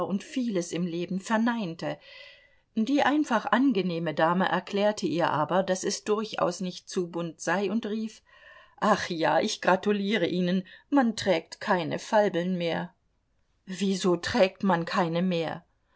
und vieles im leben verneinte die einfach angenehme dame erklärte ihr aber daß es durchaus nicht zu bunt sei und rief ach ja ich gratuliere ihnen man trägt keine falbeln mehr wieso trägt man keine mehr